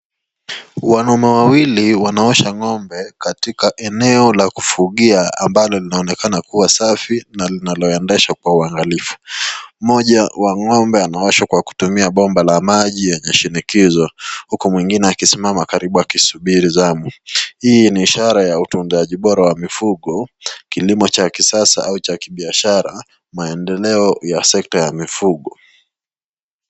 Wanaume wawili wanaosha ng'ombe katika eneo la kufugia ambalo linaonekana kuwa safi na linaloendeshwa kwa uangalifu. Mmoja wa ng'ombe anaoshwa kwa kutumia bomba la maji yenye shinikizo huku mwingine akisimama karibu huku akisubiri zamu. Hii ni ishara ya utunzaji bora wa mifugo, kilimo cha kisasa au cha kibiashara maendeleo ya sekta ya mifugo.